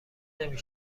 نمی